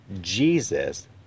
jesus